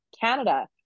Canada